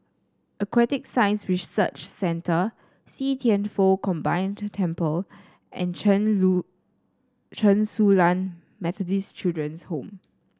Aquatic Science Research Centre See Thian Foh Combined Temple and Chen Lu Chen Su Lan Methodist Children's Home